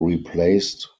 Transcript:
replaced